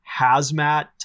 hazmat